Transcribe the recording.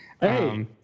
Hey